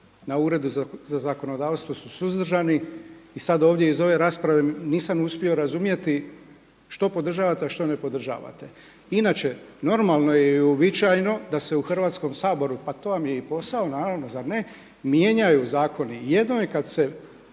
na Uredu za zakonodavstvo su suzdržani i sada ovdje iz ove rasprave nisam uspio razumjeti što podržavate a što ne podržavate. Inače, normalno je i uobičajeno da se u Hrvatskom saboru, pa to vam je i posao, naravno zar ne, mijenjaju zakoni. Jedno je kada se